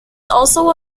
also